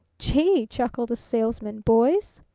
gee! chuckled the salesman. boys?